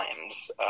times